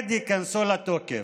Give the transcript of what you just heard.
ממועד היכנסו לתוקף.